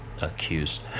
accused